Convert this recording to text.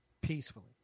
peacefully